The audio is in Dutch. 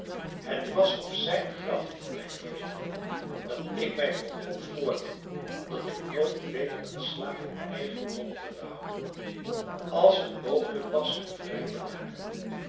het was op zijn graf mijne vrienden dat ik mij voor god voornam dat ik nooit weder een slaaf in eigendom wilde houden als het mogelijk was hem vrij te maken